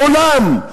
לעולם,